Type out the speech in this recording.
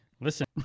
Listen